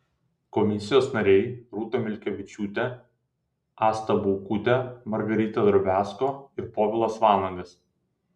komisijos nariai rūta mikelkevičiūtė asta baukutė margarita drobiazko ir povilas vanagas